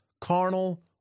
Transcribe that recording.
carnal